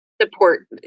support